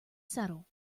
settle